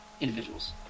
individuals